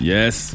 Yes